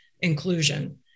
inclusion